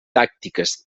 tàctiques